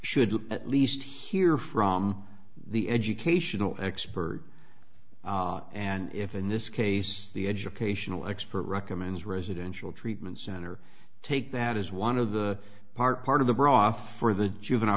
should at least hear from the educational expert and if in this case the educational expert recommends residential treatment center take that is one of the part part of the broth for the juvenile